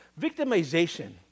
Victimization